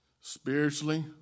Spiritually